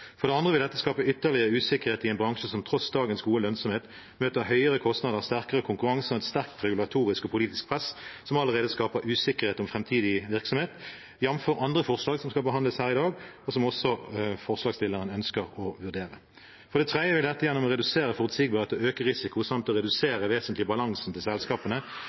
For det andre vil dette skape ytterligere usikkerhet i en bransje som, tross dagens gode lønnsomhet, møter høyere kostnader, sterkere konkurranse og et sterkt regulatorisk og politisk press, som allerede skaper usikkerhet om framtidig virksomhet, jf. andre forslag som skal behandles her i dag, og som forslagsstilleren også ønsker å vurdere. For det tredje vil dette, gjennom å redusere forutsigbarheten og øke risikoen samt redusere balansen vesentlig for selskapene,